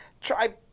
Try